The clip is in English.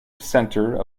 center